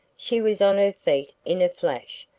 she was on her feet in a flash,